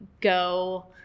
go